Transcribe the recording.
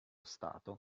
stato